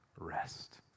rest